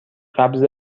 قبض